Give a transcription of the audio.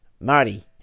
Marty